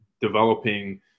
developing